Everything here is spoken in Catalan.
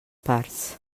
parts